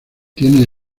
tiene